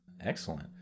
Excellent